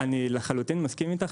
אני לחלוטין מסכים איתך.